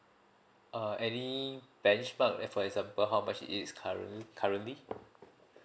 uh any benchmark at for example how much it is currently currently